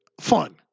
fun